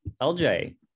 LJ